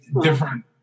different